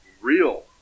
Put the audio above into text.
real